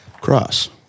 Cross